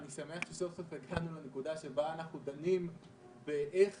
אני שמח שסוף סוף לנקודה בה אנו דנים בשאלה איך